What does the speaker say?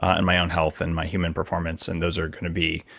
and my own health, and my human performance, and those are going to be